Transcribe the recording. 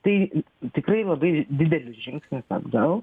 tai tikrai labai didelis žingsnis atgal